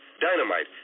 dynamite